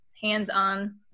hands-on